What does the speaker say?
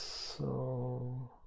so,